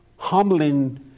humbling